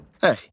Hey